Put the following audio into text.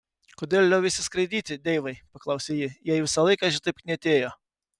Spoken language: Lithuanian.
kodėl lioveisi skraidyti deivai paklausė ji jei visą laiką šitaip knietėjo